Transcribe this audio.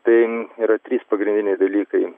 tai yra trys pagrindiniai dalykai